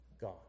God